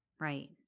right